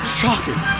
shocking